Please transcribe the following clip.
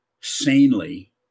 sanely